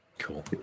cool